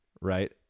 right